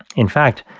in fact,